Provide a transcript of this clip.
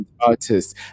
artists